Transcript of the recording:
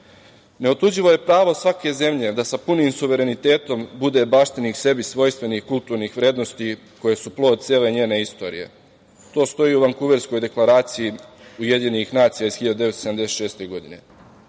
nacije. Neotuđivo je pravo svake zemlje da sa punim suverenitetom bude baštinik sebi svojstvenih kulturnih vrednosti koje su plod cele njene istorije. To stoji u Vankuverskoj deklaraciji UN iz 1976. godine.